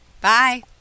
Bye